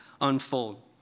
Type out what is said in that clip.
unfold